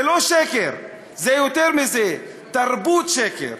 זה לא שקר, זה יותר מזה, תרבות שקר,